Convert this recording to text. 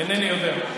אינני יודע.